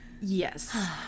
Yes